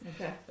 Okay